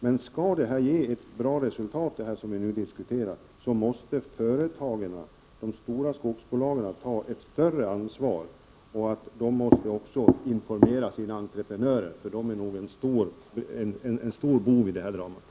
Men skall det som vi nu diskuterar ge bra resultat, måste de stora skogsbolagen ta ett större ansvar. De måste också informera sina entreprenörer. Dessa är nog stora bovar i dramat, som rör natur och miljö.